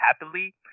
happily